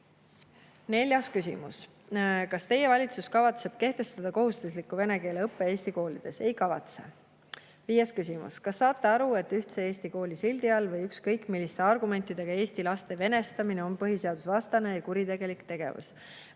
Neljas küsimus: "Kas teie valitsus kavatseb kehtestada kohustusliku vene keele õppe eesti koolides?" Ei kavatse. Viies küsimus: "Kas saate aru, et ühtse eesti kooli sildi all või ükskõik milliste argumentidega eesti laste venestamine on põhiseadusevastane ja kuritegelik tegevus?"